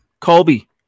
Colby